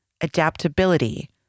adaptability